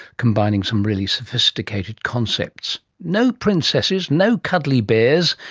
combining some really sophisticated concepts. no princesses, no cuddly bears,